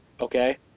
Okay